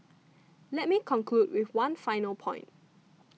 let me conclude with one final point